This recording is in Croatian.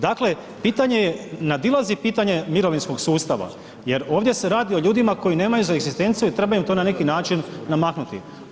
Dakle, pitanje nadilazi pitanje mirovinskog sustava jer ovdje se radi o ljudima koji nemaju egzistenciju i treba im to na neki način namaknuti.